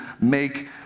make